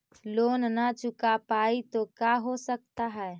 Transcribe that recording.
Loan न चुका पाई तो का हो सकता है?